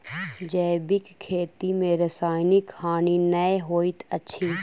जैविक खेती में रासायनिक हानि नै होइत अछि